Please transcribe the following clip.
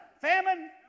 famine